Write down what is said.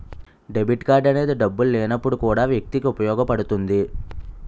debit card అనేది డబ్బులు లేనప్పుడు కూడా వ్యక్తికి ఉపయోగపడుతుంది